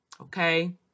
okay